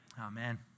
Amen